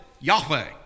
Yahweh